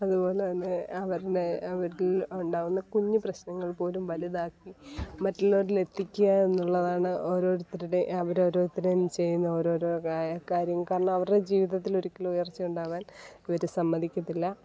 അതുപോലെ തന്നെ അവരുടെ വീട്ടിൽ ഉണ്ടാവുന്ന കുഞ്ഞ് പ്രശ്നങ്ങൾ പോലും വലുതാക്കി മറ്റുള്ളവരിൽ എത്തിക്കുക എന്നുള്ളതാണ് ഓരോരുത്തരുടെയും അവരോരോരുത്തരും ചെയ്യുന്ന ഓരോരോ കാര്യം കാരണം അവരുടെ ജീവിതത്തിൽ ഒരിക്കലും ഉയർച്ച ഉണ്ടാവാൻ ഇവർ സമ്മതിക്കത്തില്ല